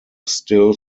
still